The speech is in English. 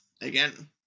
again